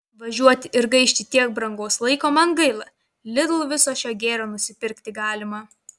važiuoti ir gaišti tiek brangaus laiko man gaila lidl viso šio gėrio nusipirkti galima